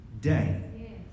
day